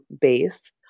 base